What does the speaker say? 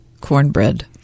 Cornbread